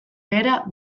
bera